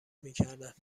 میکردم